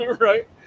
right